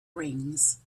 rings